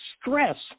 stress